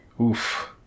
Oof